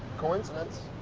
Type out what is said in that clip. coincidence?